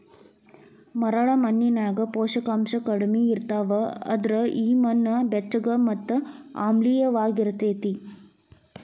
ಮರಳ ಮಣ್ಣಿನ್ಯಾಗ ಪೋಷಕಾಂಶ ಕಡಿಮಿ ಇರ್ತಾವ, ಅದ್ರ ಈ ಮಣ್ಣ ಬೆಚ್ಚಗ ಮತ್ತ ಆಮ್ಲಿಯವಾಗಿರತೇತಿ